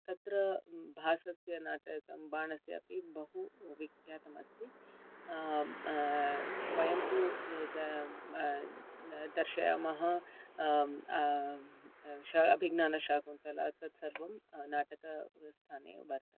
तत्र भासस्य नाटकं बाणस्यापि बहुविख्यातमस्ति वयं तु दर्शयामः अभिज्ञानशाकुन्तला तत् सर्वं नाटकस्थाने वर्तन्ते